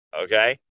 okay